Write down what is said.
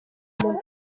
umuntu